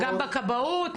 וגם בכבאות,